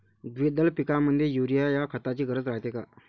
द्विदल पिकामंदी युरीया या खताची गरज रायते का?